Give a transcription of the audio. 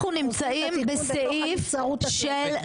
אנחנו נמצאים בסעיף של נבצרות זמנית.